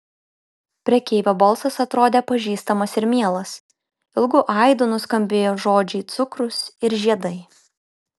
prekeivio balsas atrodė pažįstamas ir mielas ilgu aidu nuskambėjo žodžiai cukrus ir žiedai